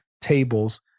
tables